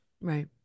Right